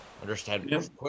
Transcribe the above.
understand